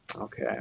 Okay